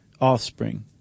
offspring